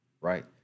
right